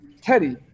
Teddy